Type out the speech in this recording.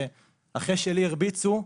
שאחרי שלי הרביצו,